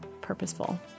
purposeful